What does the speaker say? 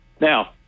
now